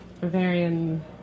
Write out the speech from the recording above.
Bavarian